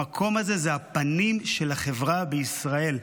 המקום הזה הוא הפנים של החברה בישראל.